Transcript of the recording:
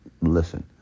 Listen